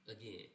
again